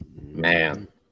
man